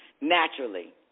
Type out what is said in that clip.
Naturally